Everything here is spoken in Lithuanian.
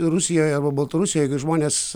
rusijoj arba baltarusijoj gi žmonės